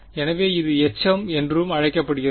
எனவே இது எச்சம் என்றும் அழைக்கப்படுகிறது